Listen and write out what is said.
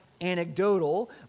anecdotal